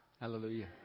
Hallelujah